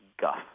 guff